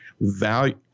value